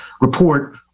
report